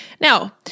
Now